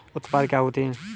उत्पाद क्या होता है?